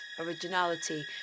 originality